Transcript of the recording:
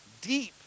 deep